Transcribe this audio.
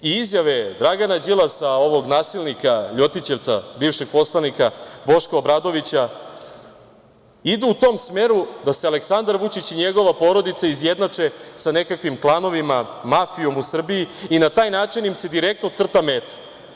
I izjave Dragana Đilasa, ovog nasilnika, ljotićevca, bivšeg poslanika Boška Obradovića idu u tom smeru da se Aleksandar Vučić i njegova porodica izjednače sa nekakvim klanovima, mafijom u Srbiji i na taj način im se direktno crta meta.